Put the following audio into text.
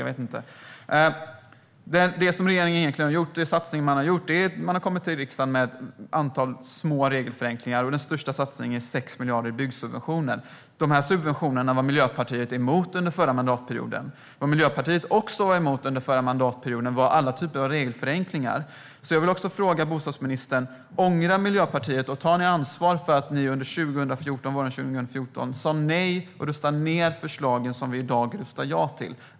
Den satsning som regeringen egentligen har gjort är att man har kommit till riksdagen med ett antal små regelförenklingar. Den största satsningen är 6 miljarder i byggsubventioner. De här subventionerna var Miljöpartiet emot under förra mandatperioden. Vad Miljöpartiet också var emot under förra mandatperioden var alla typer av regelförenklingar. Jag vill därför fråga bostadsministern: Ångrar Miljöpartiet, och tar ni ansvar för, att ni under våren 2014 sa nej och röstade ned förslagen som vi i dag röstar ja till?